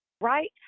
right